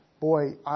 boy